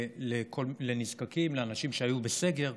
לנזקקים ולאנשים שהיו בסגר.